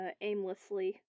aimlessly